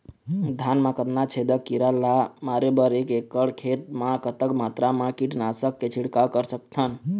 धान मा कतना छेदक कीरा ला मारे बर एक एकड़ खेत मा कतक मात्रा मा कीट नासक के छिड़काव कर सकथन?